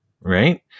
right